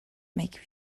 make